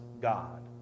God